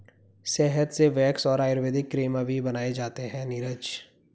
शहद से वैक्स और आयुर्वेदिक क्रीम अभी बनाए जाते हैं नीरज